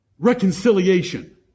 reconciliation